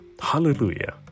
Hallelujah